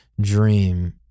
dream